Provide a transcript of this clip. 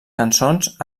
cançons